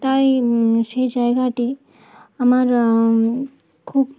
তাই সেই জায়গাটি আমার খুব